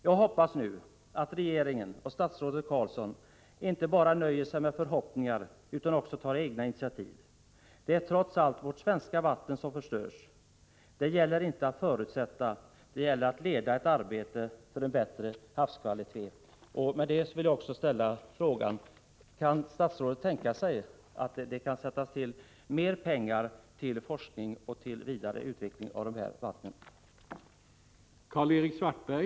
Jag hoppas nu att regeringen och statsrådet Carlsson inte bara nöjer sig med förhoppningar utan också tar egna initiativ. Det är trots allt vårt svenska vatten som förstörs. Det gäller inte att förutsätta. Det gäller att leda arbetet för en bättre havskvalitet. Med detta vill jag också ställa frågan: Kan statsrådet tänka sig att man avsätter mer pengar för forskning och vidareutveckling beträffande de här vattnen?